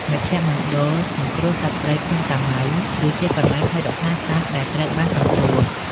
មជ្ឈមណ្ឌលសង្គ្រោះសត្វព្រៃភ្នំតាម៉ៅ គឺជាកន្លែងថែរក្សាសត្វដែលត្រូវបានសង្គ្រោះ។